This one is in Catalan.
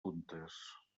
puntes